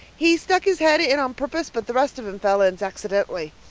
he stuck his head in on purpose but the rest of him fell in zacksidentally.